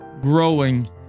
growing